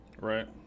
right